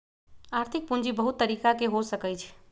आर्थिक पूजी बहुत तरिका के हो सकइ छइ